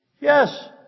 Yes